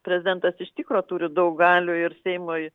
prezidentas iš tikro turi daug galių ir seimui